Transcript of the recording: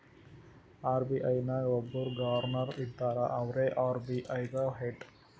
RBI ನಾಗ್ ಒಬ್ಬುರ್ governor ಇರ್ತಾರ ಅವ್ರೇ ಆರ್.ಬಿ.ಐ ಗ ಹೆಡ್